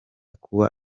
kuba